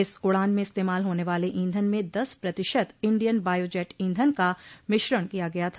इस उड़ान में इस्तेमाल होने वाले ईंधन में दस प्रतिशत इंडियन बायो जेट ईधन का मिश्रण किया गया था